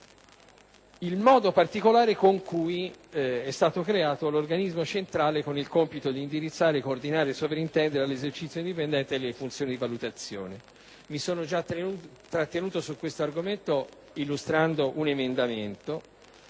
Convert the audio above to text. il modo particolare con cui è stato creato l'organismo centrale con il compito di indirizzare, coordinare e sovrintendere all'esercizio dei dipendenti ed alle funzioni di valutazione. Mi sono già trattenuto su questo argomento illustrando un emendamento.